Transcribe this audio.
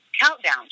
Countdown